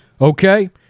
okay